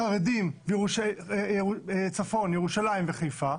ירושלים וחיפה,